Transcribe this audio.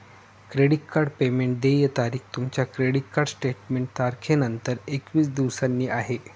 credit card payment देय तारीख तुमच्या क्रेडिट कार्ड स्टेटमेंट तारखेनंतर एकवीस दिवसांनी आहे